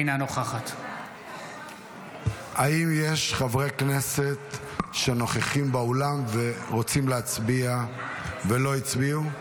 אינה נוכחת האם יש חברי כנסת שנוכחים באולם ורוצים להצביע ולא הצביעו?